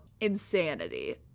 insanity